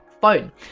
phone